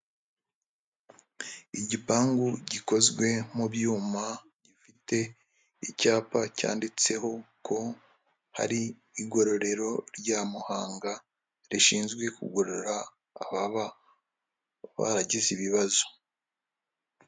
Igipangu gikozwe mu byuma, gifite icyapa cyanditseho ko hari igororero rya Muhanga, rishinzwe kugorora ababa baragize ibibazo.